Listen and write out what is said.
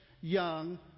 young